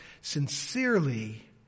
sincerely